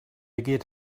get